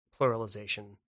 pluralization